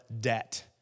debt